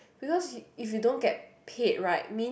because if you don't get paid right means